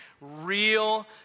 real